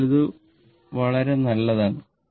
അതിനാൽ അത് വളരെ നല്ലതാണ്